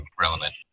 relevant